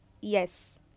Yes